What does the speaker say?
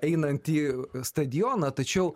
einant į stadioną tačiau